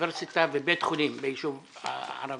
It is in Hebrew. אוניברסיטה ובית חולים בישוב הערבי.